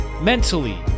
Mentally